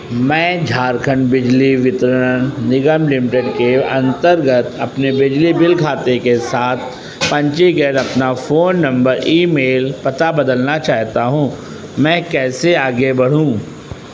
मैं झारखंड बिजली वितरण निगम लिमिटेड के अंतर्गत अपने बिजली बिल खाते के साथ पंजीकृत अपना फ़ोन नंबर ईमेल पता बदलना चाहता हूँ मैं कैसे आगे बढ़ूँ